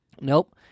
Nope